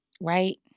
right